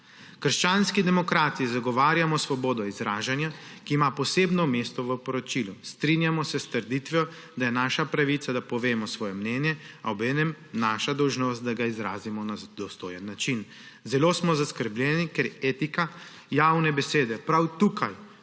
Krščanski demokrati zagovarjamo svobodo izražanja, ki ima posebno mesto v poročilu. Strinjamo se s trditvijo, da je naša pravica, da povemo svoje mnenje, a obenem naša dolžnost, da ga izrazimo na dostojen način. Zelo smo zaskrbljeni, ker je etika javne besede prav tukaj